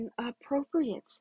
inappropriate